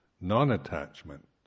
non-attachment